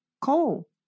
coal